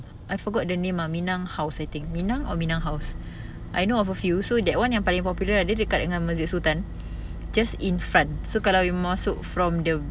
I forgot the name ah minang house I think minang or minang house I know of a few so that one yang popular dia dekat dengan masjid sultan just in front so kalau you masuk from the